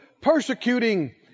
persecuting